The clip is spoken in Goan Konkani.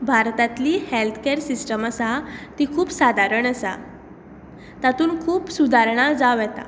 भारतांतली हॅल्तकॅर सिस्टम आसा ती खूब सादारण आसा तातून खूब सुदारणां जावं येता